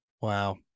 Wow